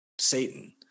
Satan